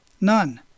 None